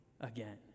again